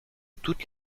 toutes